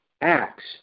Acts